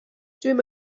ddim